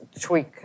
tweak